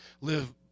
live